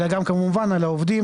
אלא גם כמובן על העובדים.